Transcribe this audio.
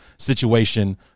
Situation